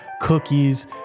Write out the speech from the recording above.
cookies